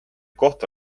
kohta